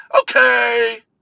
okay